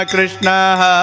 Krishna